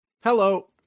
Hello